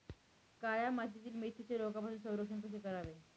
काळ्या मातीतील मेथीचे रोगापासून संरक्षण कसे करावे?